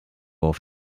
auf